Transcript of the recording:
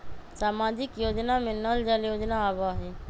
सामाजिक योजना में नल जल योजना आवहई?